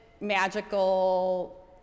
magical